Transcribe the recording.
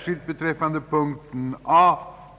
kommunala bidragsfordringar, skatter och böter.